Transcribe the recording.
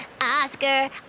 Oscar